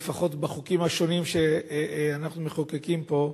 לפחות בחוקים השונים שאנחנו מחוקקים פה,